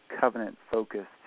covenant-focused